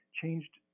changed